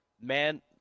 man